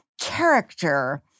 character